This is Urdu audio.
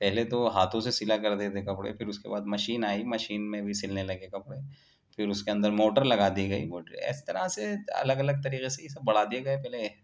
پہلے تو ہاتھوں سے سلا کرتے تھے کپڑے پھر اس کے بعد مشین آئی مشین میں بھی سلنے لگے کپڑے پھر اس کے اندر موٹر لگا دی گئی اس طرح سے الگ الگ طریقے سے یہ سب بڑھا دیے گیے پہلے